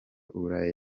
buhari